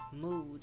mood